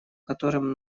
которым